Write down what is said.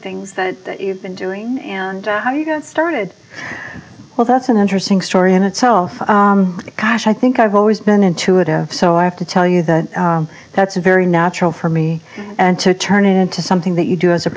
things that you've been doing and how you got started well that's an interesting story in itself cash i think i've always been intuitive so i have to tell you that that's a very natural for me and to turn it into something that you do as a